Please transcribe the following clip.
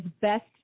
Best